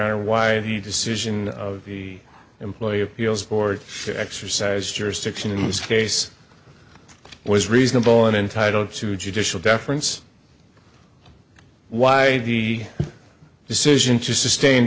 honor why he decision of the employee appeals board to exercise jurisdiction in this case was reasonable and entitled to judicial deference why the decision to sustain